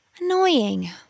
Annoying